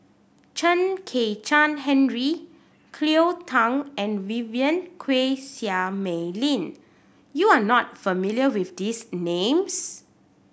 Chen Kezhan Henri Cleo Thang and Vivien Quahe Seah Mei Lin you are not familiar with these names